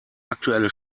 aktuelle